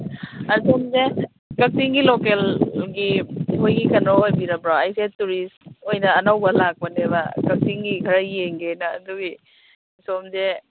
ꯁꯣꯝꯁꯦ ꯀꯛꯆꯤꯡꯒꯤ ꯂꯣꯀꯦꯜꯒꯤ ꯃꯣꯏꯒꯤ ꯀꯩꯅꯣ ꯑꯣꯏꯕꯤꯔꯕ꯭ꯔꯣ ꯑꯩꯁꯦ ꯇꯨꯔꯤꯁ ꯑꯣꯏꯅ ꯑꯅꯧꯕ ꯂꯥꯛꯄꯅꯦꯕ ꯀꯛꯆꯤꯡꯒꯤ ꯈꯔ ꯌꯦꯡꯒꯦꯅ ꯑꯗꯨꯒꯤ ꯁꯣꯝꯁꯦ